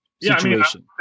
situation